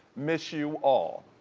miss you all.